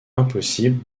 impossible